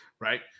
Right